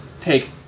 take